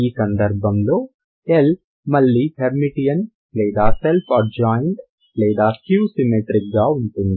ఈ సందర్భంలో L మళ్లీ హెర్మిటియన్ లేదా సెల్ఫ్ అడ్జాయింట్ లేదా స్క్యూ సిమెట్రిక్గా ఉంటుంది